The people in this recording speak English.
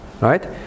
right